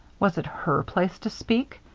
was it her place to speak?